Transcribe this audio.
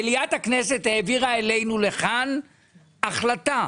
מליאת הכנסת העבירה אלינו לכאן החלטה,